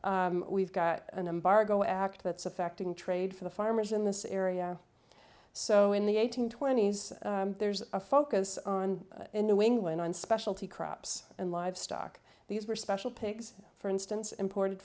we've got an embargo act that's affecting trade for the farmers in this area so in the eighteen twenties there's a focus on new england on specialty crops and livestock these were special pigs for instance imported